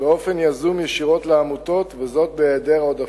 באופן יזום ישירות לעמותות, וזאת בהיעדר עודפים.